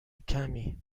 کمی